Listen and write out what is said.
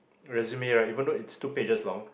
resume right even though it's two pages long